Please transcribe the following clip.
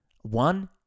One